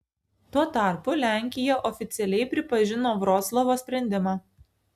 tuo tarpu lenkija oficialiai pripažino vroclavo sprendimą